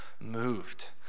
moved